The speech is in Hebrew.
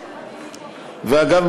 ואגב,